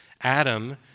Adam